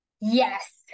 Yes